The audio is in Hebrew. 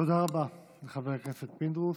תודה רבה לחבר הכנסת פינדרוס.